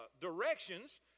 directions